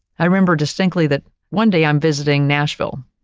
i remember distinctly that, one day, i'm visiting nashville,